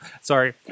Sorry